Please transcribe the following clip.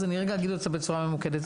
אז אני רגע אגיד אותה בצורה ממוקדת.